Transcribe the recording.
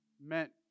meant